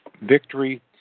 Victory